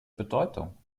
bedeutung